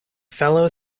fellow